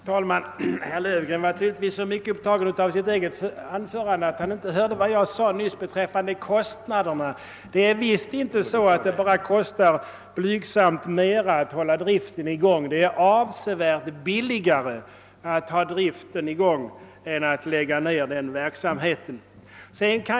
Herr talman! Herr Löfgren var tydligtvis så upptagen av sitt eget anförande, att han inte hörde vad jag nyss sade beträffande kostnaderna. Det är inte så att det uppstår en blygsam merkostnad om man skall hålla kanalen i drift, utan det blir avsevärt billigare att hålla den i gång än att lägga ned verksamheten.